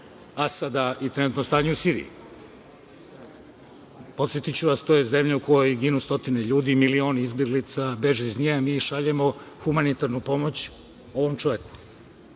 Asada i trenutno stanje u Siriji. Podsetiću vas, to je zemlja u kojoj ginu stotine ljudi, milioni izbeglica beže iz nje, a mi šaljemo humanitarnu pomoć ovom čoveku.